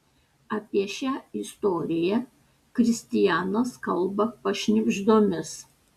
apie šią istoriją kristianas kalba pašnibždomis